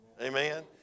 amen